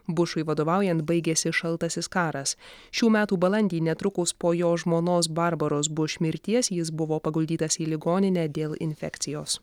bušui vadovaujant baigėsi šaltasis karas šių metų balandį netrukus po jo žmonos barbaros buš mirties jis buvo paguldytas į ligoninę dėl infekcijos